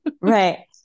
Right